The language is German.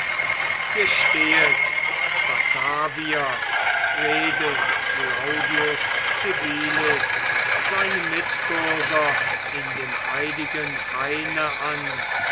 gestehet batavier redet claudius civilis seine mitbürger in dem heiligen haine an